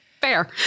Fair